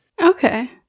Okay